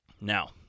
Now